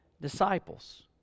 disciples